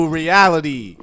reality